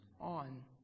on